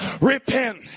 Repent